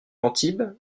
antibes